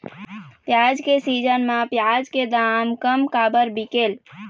प्याज के सीजन म प्याज के दाम कम काबर बिकेल?